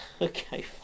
Okay